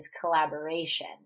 Collaboration